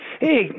Hey